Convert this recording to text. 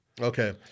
Okay